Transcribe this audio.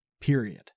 period